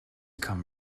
come